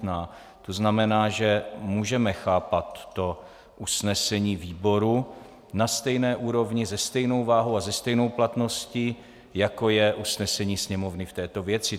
To znamená, že můžeme chápat to usnesení výboru na stejné úrovni, se stejnou váhou a se stejnou platností, jako je usnesení Sněmovny k této věci.